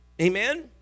Amen